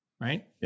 right